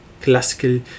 classical